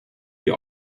die